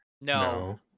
No